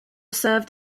served